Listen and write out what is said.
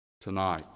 tonight